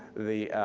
the